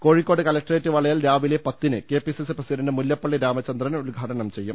Kozhikode collectorate വളയൽ രാവിലെ പത്തിന് K P CC president Mullappally Ramachandran ഉദ്ഘാടനം ചെയ്യും